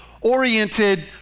oriented